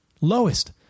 Lowest